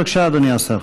בבקשה, אדוני השר.